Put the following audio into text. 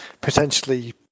potentially